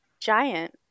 Giant